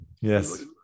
Yes